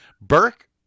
Burke